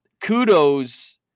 kudos